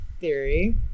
theory